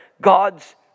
God's